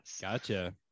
Gotcha